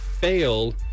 fail